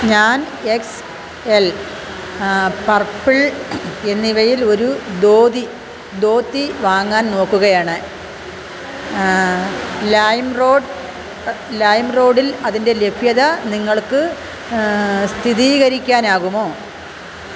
ഞാൻ X L purple എന്നിവയിൽ ഒരു ധോതി ദോത്തി വാങ്ങാൻ നോക്കുകയാണ് ലൈംറോഡ് ലൈമ്റോഡിൽ അതിൻ്റെ ലഭ്യത നിങ്ങൾക്ക് സ്ഥിതീകരിക്കാനാകുമോ